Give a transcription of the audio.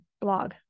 blog